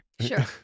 Sure